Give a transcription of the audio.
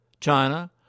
China